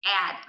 add